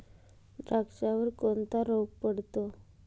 द्राक्षावर कोणता रोग पडतो?